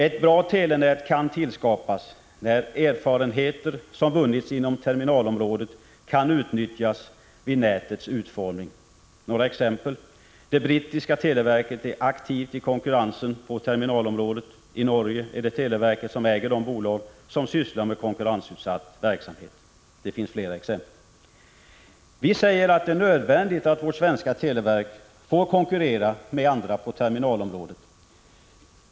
Ett bra telenät kan tillskapas när erfarenheter som vunnits inom terminalområdet kan utnyttjas vid nätets utformning. Några exempel: Det brittiska televerket är aktivt i konkurrensen på terminalområdet. I Norge är det televerket som äger de bolag som sysslar med konkurrensutsatt verksamhet. Det finns fler exempel. Vi säger att det är nödvändigt att vårt svenska televerk får konkurrera med andra på terminalområdet.